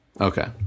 Okay